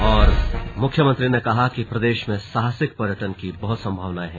और मुख्यमंत्री ने कहा कि प्रदेश में साहसिक पर्यटन की बहत संभावनाएं हैं